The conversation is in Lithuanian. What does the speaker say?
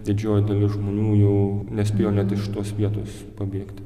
didžioji dalis žmonių jau nespėjo net iš tos vietos pabėgti